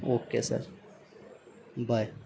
okay sir bye